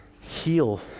heal